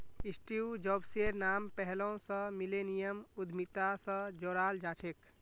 Steve जॉब्सेर नाम पैहलौं स मिलेनियम उद्यमिता स जोड़ाल जाछेक